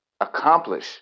accomplish